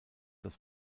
das